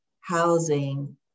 housing